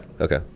Okay